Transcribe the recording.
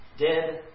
dead